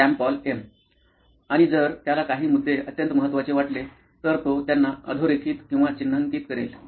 Shyam Paul M आणि जर त्याला काही मुद्दे अत्यंत महत्वाचे वाटले तर तो त्यांना अधोरेखित किंवा चिन्हांकित करेल